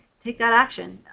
take that action.